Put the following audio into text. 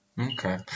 Okay